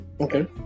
okay